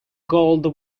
gold